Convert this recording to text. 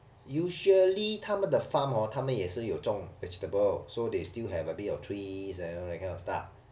usually 他们的 farm hor 他们也是有种 vegetable so they still have a bit of trees and you know that kind of stuff